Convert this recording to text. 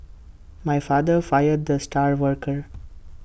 my father fired the star worker